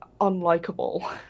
unlikable